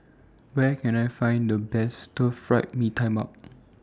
Where Can I Find The Best Stir Fried Mee Tai Mak